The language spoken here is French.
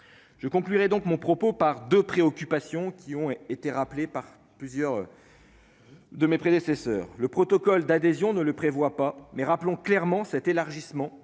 je conclurai donc mon propos par 2 préoccupations qui ont été rappelés par plusieurs. De mes prédécesseurs, le protocole d'adhésion ne le prévoit pas mais rappelons clairement cet élargissement